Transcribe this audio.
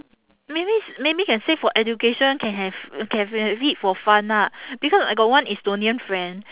maybe s~ maybe can say for education can have can have it for fun lah because I got one estonian friend